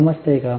मिळत आहे का